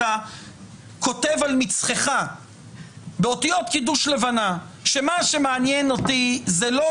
אתה כותב על מצחך באותיות קידוש לבנה שמה שמעניין אותי זה לא